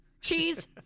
Cheese